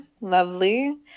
lovely